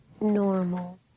normal